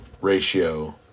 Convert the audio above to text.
ratio